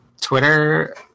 Twitter